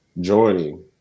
joining